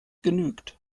genügt